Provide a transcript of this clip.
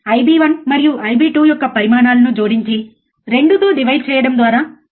IB1 మరియు IB2 యొక్క పరిమాణాలను జోడించి 2 తో డివైడ్ చెయ్యడం ద్వారా కనుగొనవచ్చు